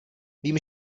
vím